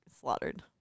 slaughtered